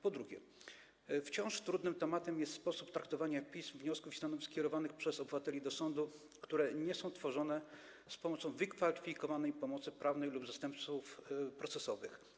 Po drugie, wciąż trudnym tematem jest sposób traktowania pism, wniosków kierowanych przez obywateli do sądu, które nie są tworzone z pomocą wykwalifikowanej pomocy prawnej lub zastępców procesowych.